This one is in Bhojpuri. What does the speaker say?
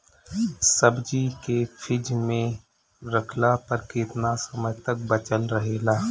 सब्जी के फिज में रखला पर केतना समय तक बचल रहेला?